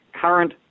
current